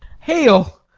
hail,